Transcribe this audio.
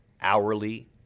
hourly